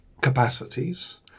capacities